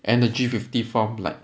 and the G fifty form like